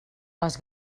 les